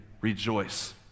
rejoice